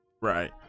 right